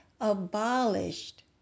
abolished